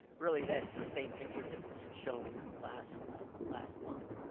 really that's the same picture that was shown last last month.